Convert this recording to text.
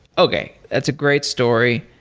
okay. that's a great story.